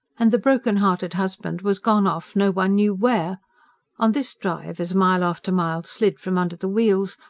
and the broken-hearted husband was gone off no one knew where on this drive, as mile after mile slid from under the wheels,